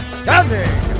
standing